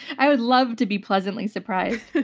i would love to be pleasantly surprised.